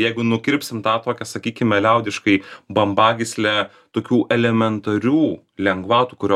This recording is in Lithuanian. jeigu nukirpsim tą tokią sakykime liaudiškai bambagyslę tokių elementarių lengvatų kurios